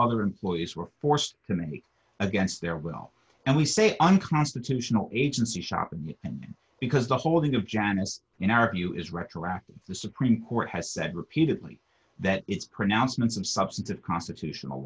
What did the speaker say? other employees were forced to me against their will and we say unconstitutional agency shopping and because the holding of janice in our view is retroactive the supreme court has said repeatedly that its pronouncements and substance of constitutional